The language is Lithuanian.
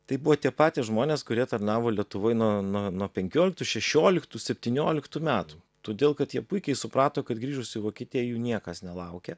tai buvo tie patys žmonės kurie tarnavo lietuvoj nuo nuo nuo penkioliktų šešioliktų septynioliktų metų todėl kad jie puikiai suprato kad grįžus į vokietiją jų niekas nelaukia